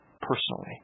personally